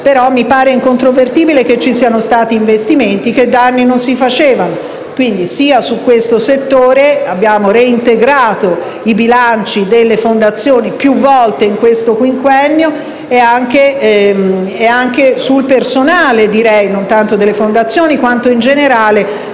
mi pare incontrovertibile che ci siano stati investimenti che da anni non si facevano sia su questo settore - abbiamo reintegrato i bilanci delle fondazioni più volte in questo quinquennio - che sul personale non tanto delle fondazioni quanto più in generale